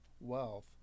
wealth